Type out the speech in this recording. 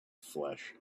flesh